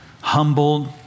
humbled